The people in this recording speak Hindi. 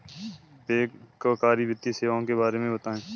बैंककारी वित्तीय सेवाओं के बारे में बताएँ?